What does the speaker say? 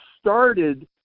started